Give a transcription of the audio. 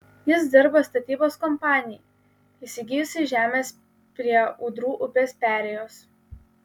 jis dirba statybos kompanijai įsigijusiai žemės prie ūdrų upės perėjos